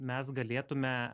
mes galėtume